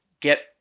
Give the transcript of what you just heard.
get